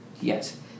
yes